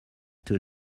two